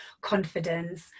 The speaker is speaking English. confidence